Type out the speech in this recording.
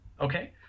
Okay